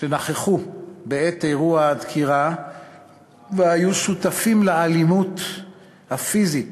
שנכחו בעת אירוע הדקירה והיו שותפים לאלימות הפיזית